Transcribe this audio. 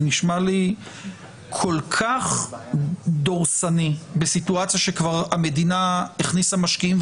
זה נשמע לי כל כך דורסני בסיטואציה שכבר המדינה הכניסה משקיעים,